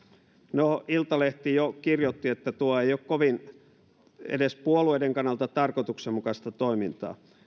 no iltalehti jo kirjoitti että tuo ei ole kovin edes puolueiden kannalta tarkoituksenmukaista toimintaa